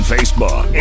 Facebook